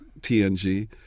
TNG